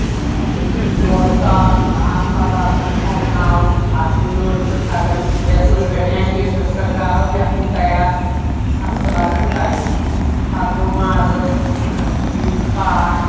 دۄد کارُن پتہٕ آسان چھوپناوُن آسان نٔر چھِ تھکان گیسس پؠٹھ یا ہیٖٹرس پؠٹھ کرو یکھٕنۍ تیار تتھ چھُ لگان ٹایِم پتہٕ گوٚو مازس دِنۍ پاک